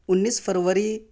انیس فروری